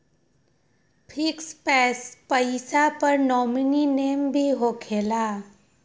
Fix पईसा पर nominee name भी होकेला?